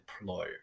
employer